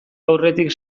aurretik